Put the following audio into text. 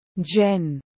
jen